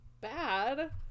bad